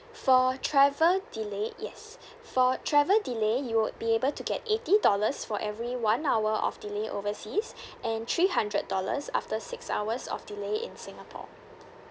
for travel delay yes for travel delay you would be able to get eighty dollars for every one hour of delay overseas and three hundred dollars after six hours of delay in singapore